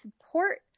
support